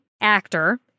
actor